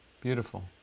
Beautiful